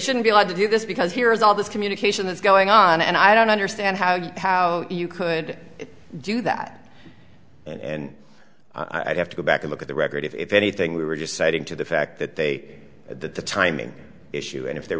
shouldn't be allowed to do this because here is all this communication is going on and i don't understand how you how you could do that and i'd have to go back and look at the record if anything we were just citing to the fact that they said that the timing issue and if there